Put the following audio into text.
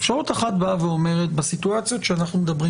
אפשרות אחת אומרת שבסיטואציות שאנחנו מדברים